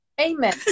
Amen